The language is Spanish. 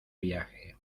viaje